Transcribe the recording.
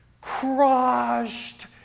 crushed